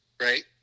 Right